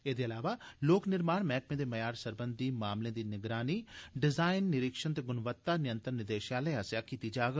एहदे अलावा लोक निर्माण मैहकमे दे मय्यार सरबंधी मामलें दी निगरानी डिज़ाईन निरीक्षण ते गुणवत्ता नियंत्रण निदेशालय आसेआ कीती जाग